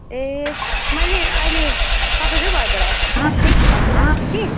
ए मैले अहिले तपाईँकै घरबाट स्वाट्टै पसेर आएको थिएँ कि